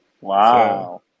Wow